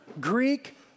Greek